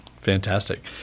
Fantastic